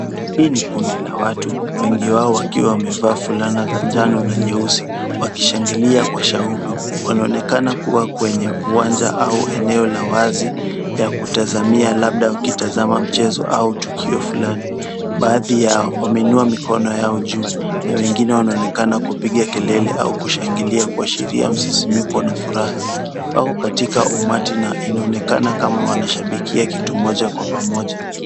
Hii ni kundi la watu wengi wao wakiwa wamevaa fulana za njano na nyeusi wakishangilia kwa shauku. Wanaonekana kuwa kwenye uwanja au eneo la wazi ya kutazamia labda wakitazama mchezo au tukio fulani baadhi yao wameinua mikono yao juu na wengine wanaonekana kupiga kelele au kushangilia kuashiria msisimiko na furaha. Wako katika umati na inaonekana kama wanashabikia kitu moja kwa pamoja.